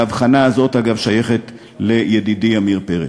וההבחנה הזאת, אגב, שייכת לידידי עמיר פרץ.